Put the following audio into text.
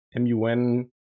MUN